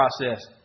process